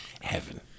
heaven